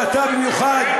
ואתה במיוחד,